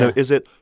is it,